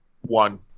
One